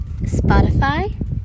Spotify